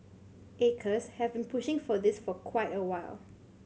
acres has been pushing for this for quite a while